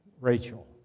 Rachel